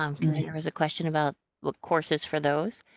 um there was a question about like courses for those.